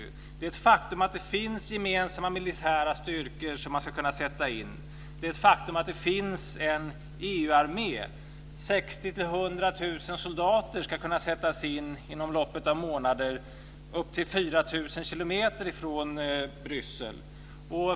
Det är ett faktum att det finns gemensamma militära styrkor som ska kunna sättas in. Det är ett faktum att det finns en EU-armé. 60 000-100 000 soldater ska kunna sättas in, inom loppet av månader, upp till 4 000 kilometer från Bryssel.